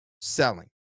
selling